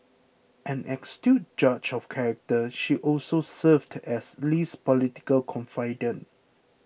an astute judge of character she also served as Lee's political confidante